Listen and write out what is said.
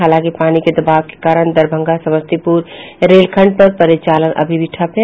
हालांकि पानी के दबाव के कारण दरभंगा समस्तीपुर रेलखंड पर परिचालन अभी भी ठप है